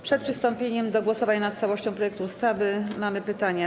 Przed przystąpieniem do głosowania nad całością projektu ustawy mamy pytania.